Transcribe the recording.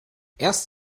erst